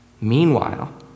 Meanwhile